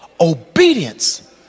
obedience